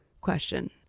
question